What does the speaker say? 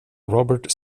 robert